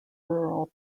rural